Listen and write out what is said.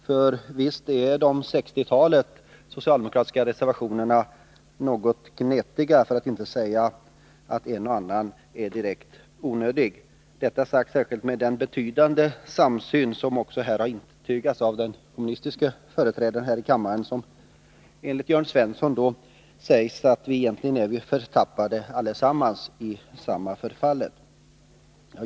För visst är det sextiotal socialdemokratiska reservationer som finns något gnetiga, för att inte säga att en och annan är direkt onödig — detta sagt särskilt mot bakgrund av den betydande samsyn som också har intygats av den kommunistiske företrädaren här i kammaren. Enligt Jörn Svensson är vi förtappade allesammans, i samma förfall.